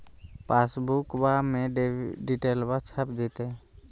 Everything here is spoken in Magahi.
पासबुका में डिटेल्बा छप जयते?